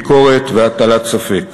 ביקורת והטלת ספק,